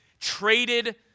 traded